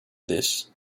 this